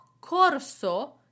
corso